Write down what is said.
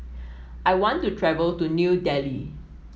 I want to travel to New Delhi